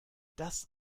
das